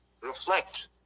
reflect